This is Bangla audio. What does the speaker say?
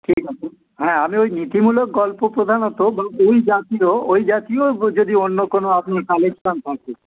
ঠিক আছে হ্যাঁ আমি ওই নীতিমূলক গল্প প্রধানত বা ওই জাতীয় ওই জাতীয় যদি অন্য কোনো আপনি কালেকশান থাকে